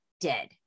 dead